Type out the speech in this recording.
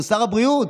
הוא שר הבריאות.